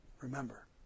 Remember